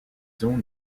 zones